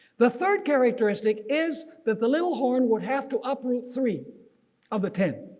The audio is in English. the third characteristic is that the little horn would have to uproot three of the ten.